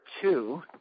two